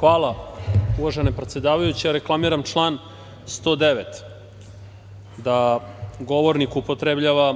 Hvala, uvažena predsedavajuća. Reklamiram član 109. da govornik upotrebljava